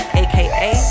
aka